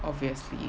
obviously